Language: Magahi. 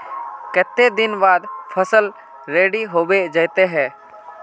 केते दिन बाद फसल रेडी होबे जयते है?